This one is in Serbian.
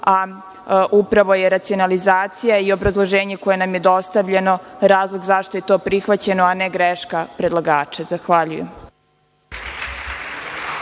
a upravo je racionalizacija i obrazloženje koje nam je dostavljeno razlog zašto je to prihvaćeno, a ne greška predlagača. Zahvaljujem.